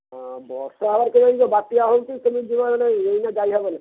ହଁ ବର୍ଷା ହବାର ବାତ୍ୟା ହେଉଛି କେମିତି ଯିବ ମାନେ ଏଇନା ଯାଇହେବନି